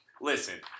Listen